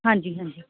ਹਾਂਜੀ ਹਾਂਜੀ